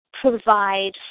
provide